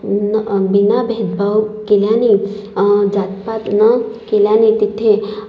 बिना भेदभाव केल्याने जातपात न केल्याने तेथे